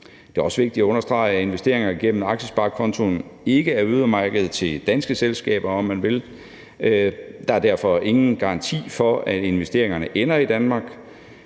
Det er også vigtigt at understrege, at investeringer gennem aktiesparekontoen ikke er øremærket til danske selskaber, om man vil. Der er derfor ingen garanti for, at investeringerne ender i Danmark.